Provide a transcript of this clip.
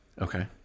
Okay